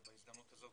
ובהזדמנות הזאת